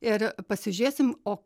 ir pasižiūrėsim o